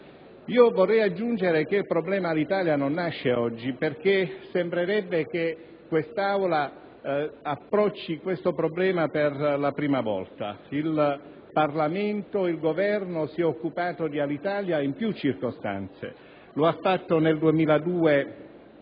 Vorrei aggiungere che il problema Alitalia non nasce oggi, visto che sembrerebbe che l'Aula approcci questo problema per la prima volta. Il Parlamento e il Governo si sono occupati di Alitalia in più circostanze. Per esempio, nel 2002,